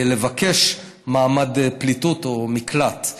לבקש מעמד פליטות או מקלט.